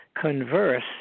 converse